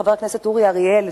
חבר הכנסת אורי אריאל,